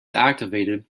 activated